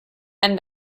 and